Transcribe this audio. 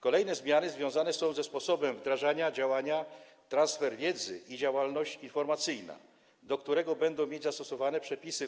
Kolejne zmiany związane są ze sposobem wdrażania działania: Transfer wiedzy i działalność informacyjna, do którego będą mieć zastosowanie przepisy